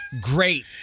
great